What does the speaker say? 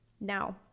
now